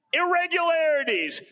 irregularities